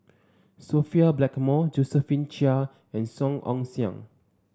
Sophia Blackmore Josephine Chia and Song Ong Siang